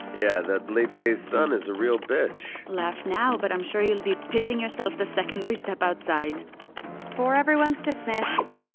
yeah, that late day sun is a real bitch laugh now, but i'm sure you'll be pissing yourself the second we step outside before everyone is dismissed,